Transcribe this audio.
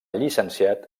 llicenciat